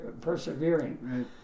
persevering